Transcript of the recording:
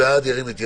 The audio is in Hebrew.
ירים את ידו.